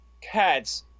cats –